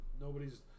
Nobody's